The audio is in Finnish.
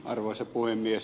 arvoisa puhemies